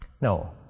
No